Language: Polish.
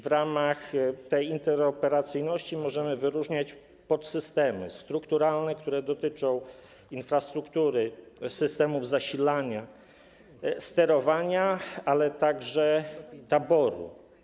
W ramach interoperacyjności możemy wyróżniać podsystemy strukturalne, które dotyczą infrastruktury, systemów zasilania, sterowania, ale także taboru.